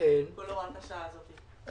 כל הוראת השעה הזאת.